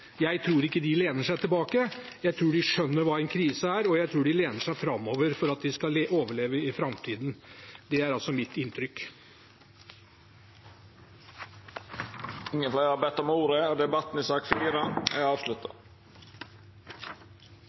Jeg tror ikke de lener seg tilbake, jeg tror de skjønner hva en krise er, og jeg tror de lener seg framover for at de skal overleve i framtiden. Det er altså mitt inntrykk. Fleire har ikkje bedt om ordet til sak nr. 4. Etter ynske frå transport- og